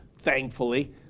thankfully